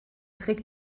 trick